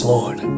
Lord